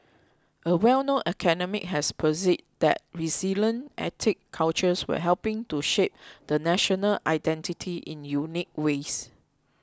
a well known academic has posited that resilient ethnic cultures were helping to shape the national identity in unique ways